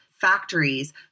factories